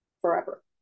forever